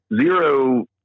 Zero